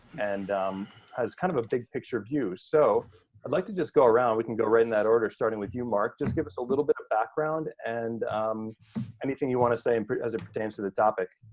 and has kind of a big picture view. so i'd like to just go around. we can go right in that order starting with you, mark. just give us a little bit of background and anything you wanna say as it pertains to the topic.